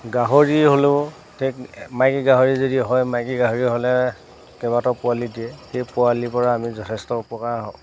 গাহৰি হ'লেও ঠিক মাইকী গাহৰি যদি হয় মাইকী গাহৰি হ'লে কেইবাটাও পোৱালি দিয়ে সেই পোৱালিৰ পৰা আমি যথেষ্ট উপকাৰ